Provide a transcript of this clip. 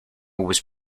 was